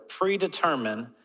predetermine